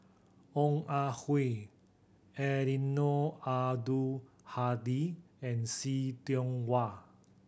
Ong Ah Hoi Eddino Abdul Hadi and See Tiong Wah